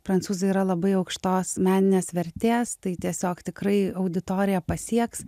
prancūzai yra labai aukštos meninės vertės tai tiesiog tikrai auditoriją pasieks